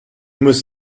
must